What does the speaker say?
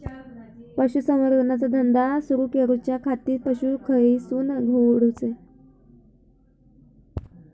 पशुसंवर्धन चा धंदा सुरू करूच्या खाती पशू खईसून हाडूचे?